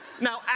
Now